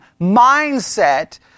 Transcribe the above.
mindset